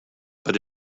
but